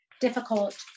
difficult